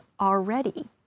already